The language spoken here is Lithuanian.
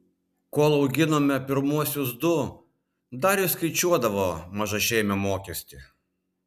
kol auginome pirmuosius du dar išskaičiuodavo mažašeimio mokestį